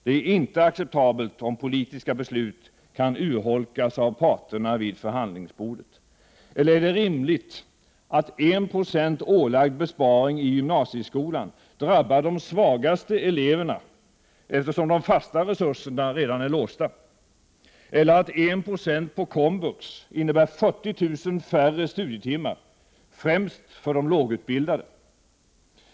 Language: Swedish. Det är inte acceptabelt att politiska beslut skall kunna urholkas av parterna vid förhandlingsbordet. Eller är det rimligt att 1 20 ålagd besparing i gymnasieskolan drabbar de svagaste eleverna, eftersom de fasta resurserna redan är låsta, eller att 1 70 minskning på komvux innebär 40 000 färre studietimmar, främst för lågutbildade?